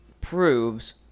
proves